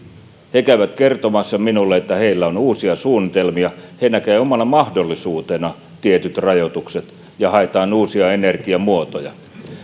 he käyvät kertomassa minulle että heillä on uusia suunnitelmia he näkevät omana mahdollisuutenaan tietyt rajoitukset ja haetaan uusia energiamuotoja